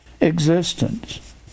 existence